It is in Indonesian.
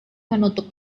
menutup